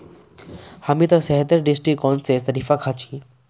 हामी त सेहतेर दृष्टिकोण स शरीफा खा छि